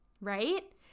right